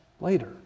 later